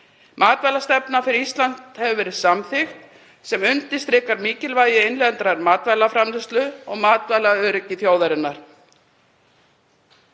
Matvælastefna fyrir Ísland hefur verið samþykkt sem undirstrikar mikilvægi innlendrar matvælaframleiðslu og matvælaöryggi þjóðarinnar.